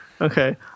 Okay